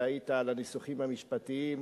שהיית על הניסוחים המשפטיים,